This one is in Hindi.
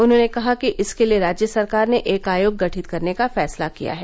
उन्होंने कहा कि इसके लिए राज्य सरकार ने एक आयोग गठित करने का फैसला किया है